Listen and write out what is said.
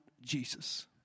Jesus